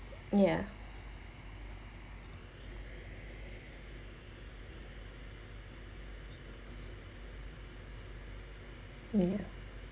ya ya